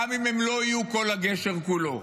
גם אם הם לא יהיו כל הגשר כולו.